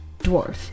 dwarf